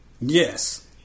Yes